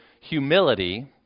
Humility